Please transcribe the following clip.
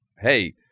hey